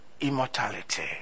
immortality